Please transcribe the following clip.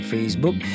Facebook